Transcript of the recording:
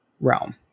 realm